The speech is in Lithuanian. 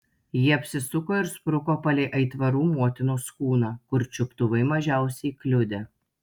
ji apsisuko ir spruko palei aitvarų motinos kūną kur čiuptuvai mažiausiai kliudė